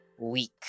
week